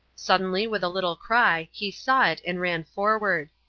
suddenly, with a little cry, he saw it and ran forward.